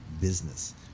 business